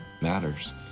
matters